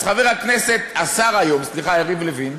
אז חבר הכנסת, השר היום, סליחה, יריב לוין,